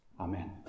Amen